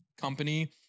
company